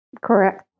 correct